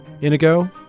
Inigo